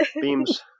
beams